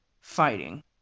fighting